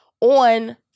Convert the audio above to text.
on